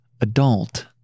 adult